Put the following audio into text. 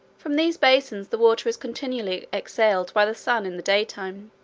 from these basins the water is continually exhaled by the sun in the daytime,